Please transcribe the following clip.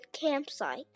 campsite